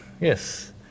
Yes